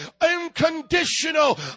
unconditional